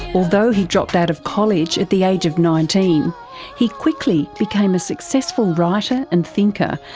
although he dropped out of college at the age of nineteen he quickly became a successful writer and thinker,